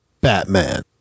Batman